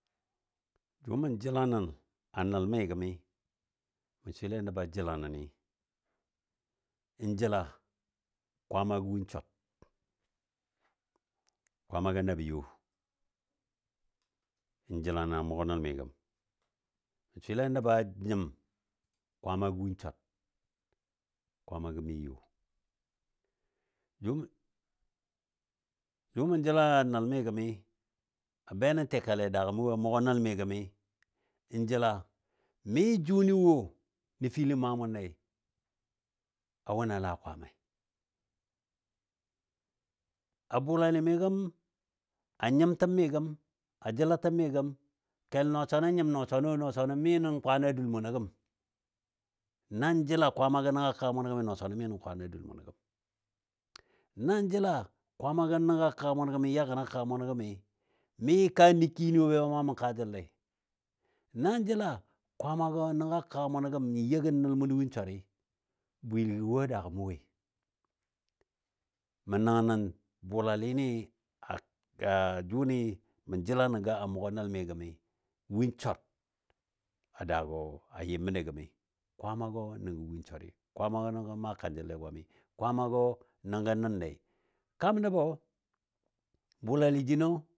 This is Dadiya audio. Jʊ mən jəla nən a nəl mi gəmi, mə swɨlei nəba jəla nəni m jəla Kwaamagɔ win swar, Kwaamagɔ nabə yo, n jəla nən a mʊgɔ nəl mi gəm mɨɨ junɨ wo nəfili maa mun nɛi. ju mɔn jəla a nəl mɨ gamɨ. Mə swɨle nəba nyim Kwaamagɔ win swar, Kwaamagɔ mi yo. Jʊ-jʊ mə jəla nəl mi gəmɨ a be nəm tɨkalɨ a daagɔ mə woi a mʊgɔ nəl mɨ gəmi, n jəla mɨ jʊni wo nəfili maa mʊnne a wʊni a laa Kwaamai. A bʊlalɨ mi gəm, a nyimtəm mi gəm a jəlatəm mi gəm kel nɔswam n nyim nɔswanɔ wo nɔswanɔ mi nən kwaan a dul mʊnɔ gəm. Nan jəla Kwaamagɔ nəngɔ a kəga mʊnɔ gəmi nɔswanɔ mi nən kwaan a dul mʊnɔ gəm. Nan jəla Kwaamagɔ nəngɔ a kəga mʊnɔ gəm n ya gən a kəga mʊno gəmi, mi kaa nəki ni wo ba maa mʊn kaajəllei. Na jəla Kwaamagɔ nəngɔ a kəga mʊnɔ gəm n you gən nəl mʊnɔ win swar, bwɨligɔ wo a daagɔ mʊ woi. Mə nəngnən bʊlalɨ ni a- a jʊni mə jəla nənga a mʊgɔ nəl mi gəmi win swar a daagɔ a yɨm məndi gəmi, Kwaamagɔ nəngɔ win swar. Kwaamagɔ nəngɔ maa kanjəlole gwami, Kwaama nəngɔ nənle. Kaam nəbɔ bʊlali jino.